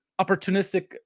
opportunistic